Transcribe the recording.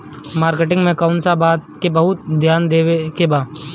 Marketing मे कौन कौन बात के बहुत ध्यान देवे के बा?